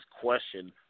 question